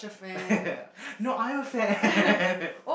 no I'm a fan